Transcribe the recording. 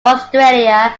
australia